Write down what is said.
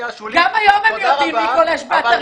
גם היום הם יודעים מי גולש באתרים פורנוגרפיים.